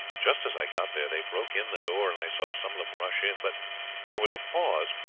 just as i got there they broke in the door and i saw some of them rush in. but there was a pause,